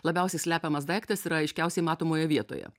labiausiai slepiamas daiktas yra aiškiausiai matomoje vietoje